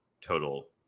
total